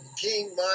king